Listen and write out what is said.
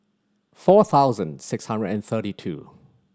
four thousand six hundred and thirty two